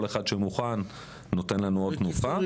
כל אחד שמוכן נותן לנו עוד תנופה.